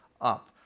up